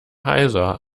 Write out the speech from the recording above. heiser